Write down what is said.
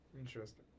Interesting